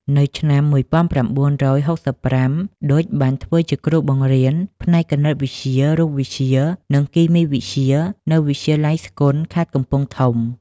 នៅឆ្នាំ១៩៦៥ ឌុច បានធ្វើជាគ្រូបង្រៀនផ្នែកគណិតវិទ្យា រូបវិទ្យា និងគីមីវិទ្យា នៅវិទ្យាល័យស្គន់ ខេត្តកំពង់ធំ។